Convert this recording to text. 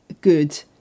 good